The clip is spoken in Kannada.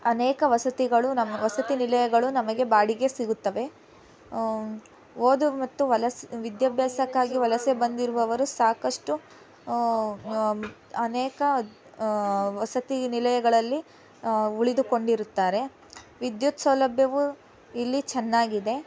ಅನೇಕ ವಸತಿಗಳು ನಮ್ ವಸತಿ ನಿಲಯಗಳು ನಮಗೆ ಬಾಡಿಗೆ ಸಿಗುತ್ತವೆ ಓದು ಮತ್ತು ವಲ್ಸ್ ವಿದ್ಯಾಭ್ಯಾಸಕ್ಕಾಗಿ ವಲಸೆ ಬಂದಿರುವವರು ಸಾಕಷ್ಟು ಅನೇಕ ವಸತಿ ನಿಲಯಗಳಲ್ಲಿ ಉಳಿದುಕೊಂಡಿರುತ್ತಾರೆ ವಿದ್ಯುತ್ ಸೌಲಭ್ಯವು ಇಲ್ಲಿ ಚೆನ್ನಾಗಿದೆ